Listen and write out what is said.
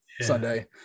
Sunday